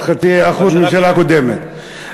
עוד 0.5% ממשלה קודמת.